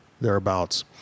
thereabouts